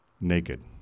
naked